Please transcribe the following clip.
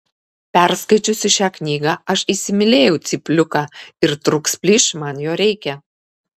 perskaičiusi šią knygą aš įsimylėjau cypliuką ir trūks plyš man jo reikia